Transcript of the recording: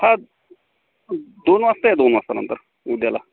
हा दोन वाजता या दोन वाजता नंतर उद्याला